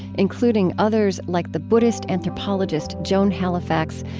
including others like the buddhist anthropologist joan halifax,